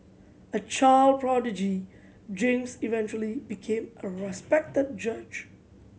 a child prodigy James eventually became a respected judge